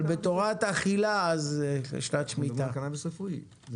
אבל בתורת אכילה אז שנת שמיטה.